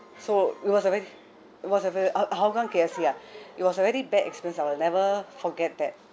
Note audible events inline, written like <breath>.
so it was a ve~ it was a ve~ hou~ hougang K_F_C ah <breath> it was a very bad experience I will never forget that